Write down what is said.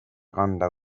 kanda